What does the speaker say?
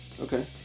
Okay